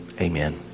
Amen